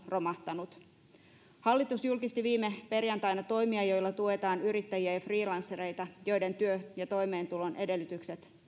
romahtanut hallitus julkisti viime perjantaina toimia joilla tuetaan yrittäjiä ja freelancereita joiden työn ja toimeentulon edellytykset